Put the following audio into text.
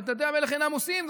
ואת דתי המלך אינם עושים".